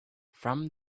from